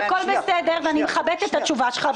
הכול בסדר ואני מכבדת את התשובה שלך,